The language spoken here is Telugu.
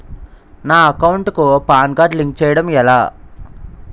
నా అకౌంట్ కు పాన్ కార్డ్ లింక్ చేయడం ఎలా?